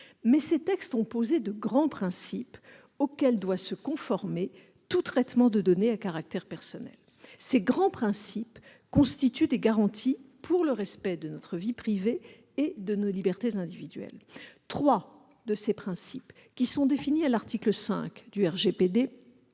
mais ils ont posé de grands principes auxquels doit se conformer tout traitement de données à caractère personnel. Ces grands principes constituent des garanties pour le respect de notre vie privée et de nos libertés individuelles. Trois d'entre eux, définis à l'article 5 du RGPD,